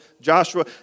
Joshua